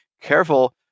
careful